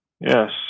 yes